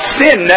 sin